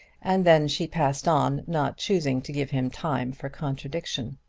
and then she passed on, not choosing to give him time for contradiction.